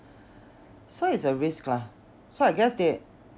so it's a risk lah so I guess they